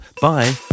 Bye